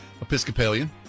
Episcopalian